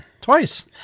Twice